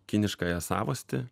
kiniškąją savastį